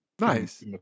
Nice